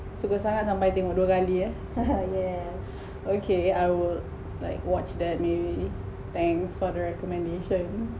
suka sangat sampai tengok dua kali eh okay I'll like watch that maybe thanks for the recommendation